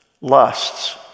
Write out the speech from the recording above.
lusts